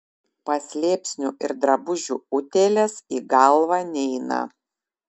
paslėpsnių ir drabužių utėlės į galvą neina